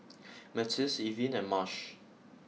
Myrtis Irvine and Marsh